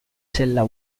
sella